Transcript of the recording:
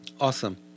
Awesome